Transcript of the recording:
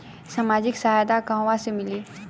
सामाजिक सहायता कहवा से मिली?